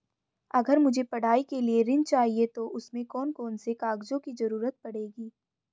अगर मुझे पढ़ाई के लिए ऋण चाहिए तो उसमें कौन कौन से कागजों की जरूरत पड़ेगी?